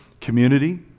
community